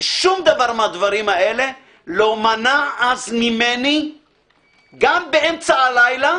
שום דבר מהדברים האלה לא מנע אז ממני גם באמצע הלילה,